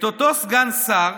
את אותו סגן שר